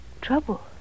Trouble